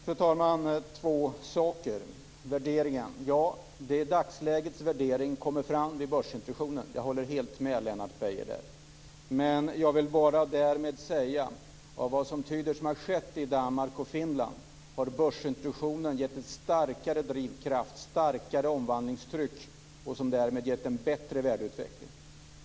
Fru talman! Där är två saker. Först är det frågan om värderingen. Ja, värderingen i dagsläget kommer fram vid börsintroduktionen. Jag håller med Lennart Beijer. Men jag vill säga att vad som tydligen har skett i Danmark och Finland är att börsintroduktionen har gett en starkare drivkraft och ett starkare omvandlingstryck som därmed har gett en bättre värdeutveckling.